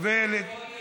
דורש